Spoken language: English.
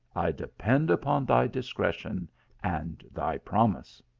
i depend upon thy discretion and thy promise.